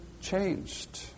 changed